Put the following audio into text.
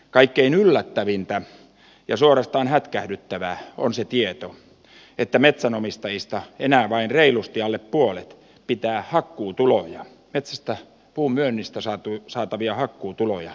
kaikkein yllättävintä ja suorastaan hätkähdyttävä on se tieto että metsänomistajista enää vain reilusti alle puolet pitää hakkuutuloja metsästä puun myynnistä saatavia hakkuutuloja tärkeinä